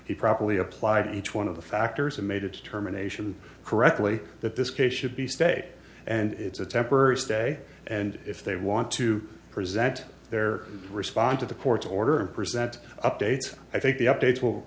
he properly applied each one of the factors and made a determination correctly that this case should be stay and it's a temporary stay and if they want to present their response to the court's order and present updates i think the updates will